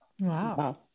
Wow